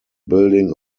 building